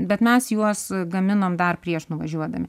bet mes juos gaminom dar prieš nuvažiuodami